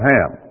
Ham